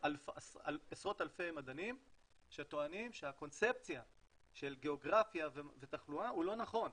ועשרות אלפי מדענים שטוענים שהקונספציה של גיאוגרפיה ותחלואה לא נכון.